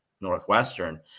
Northwestern